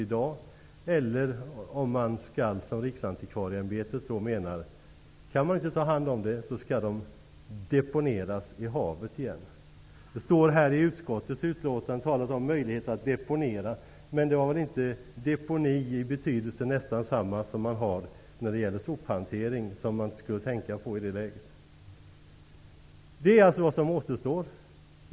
Om man inte kan ta hand om det, som Riksantivarieämbetet menar, skall det deponeras i havet igen. I utskottets utlåtande talas om möjligheten att deponera. Men det är här fråga om deponi i nästan samma betydelse som vid sophantering, något som inte är att tänka på i detta läge. Det är vad som återstår.